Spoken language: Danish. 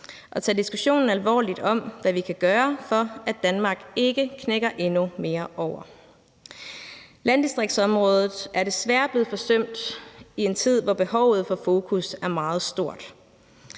og tage diskussionen alvorligt om, hvad vi kan gøre, for at Danmark ikke knækker endnu mere over. Landdistriktsområdet er desværre blevet forsømt i en tid, hvor behovet for fokus er meget stort.